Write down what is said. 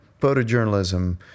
photojournalism